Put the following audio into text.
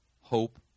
hope